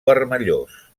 vermellós